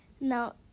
Now